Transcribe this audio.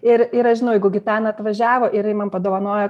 ir ir aš žinau jeigu gitana atvažiavo ir jinai man padovanojo